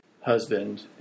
husband